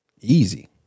Easy